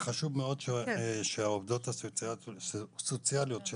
זה חשוב שהעובדות הסוציאליות של